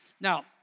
Now